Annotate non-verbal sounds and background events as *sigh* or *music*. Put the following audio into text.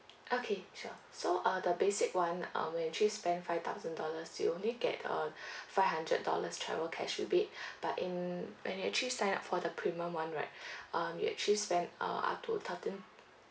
okay sure so uh the basic one um when you actually spend five thousand dollars you only get uh *breath* five hundred dollars travel cash rebate *breath* but in when you actually sign up for the premium one right *breath* um you actually spend uh up to thirteen